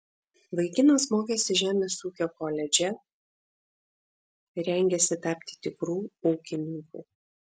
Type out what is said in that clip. vaikinas mokėsi žemės ūkio koledže rengėsi tapti tikru ūkininku